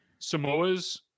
Samoas